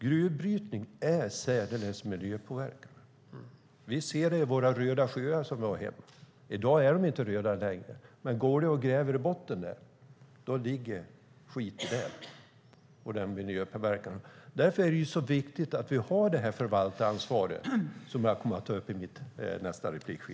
Gruvbrytning är särdeles miljöpåverkande. Vi har sett det i våra röda sjöar i min hemtrakt. I dag är de inte längre röda, men gräver man i botten på dem ligger skiktet där och har därmed också en miljöpåverkan. Därför är det viktigt att vi har det förvaltaransvar som jag tänkte ta upp i min nästa replik.